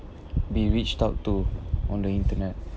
they reached out to on the internet